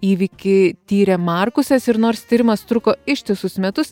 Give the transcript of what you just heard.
įvykį tyrė markusas ir nors tyrimas truko ištisus metus